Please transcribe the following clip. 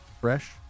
Fresh